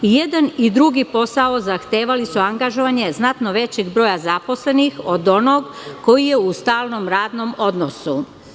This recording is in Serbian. I jedan i drugi posao zahtevali su angažovanje znatno većeg broja zaposlenih od onog koji je u stalnom radnom odnosu.